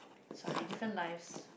sorry different lives